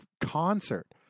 concert